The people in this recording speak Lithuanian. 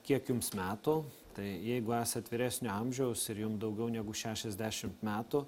kiek jums metų tai jeigu esat vyresnio amžiaus ir jum daugiau negu šešiasdešimt metų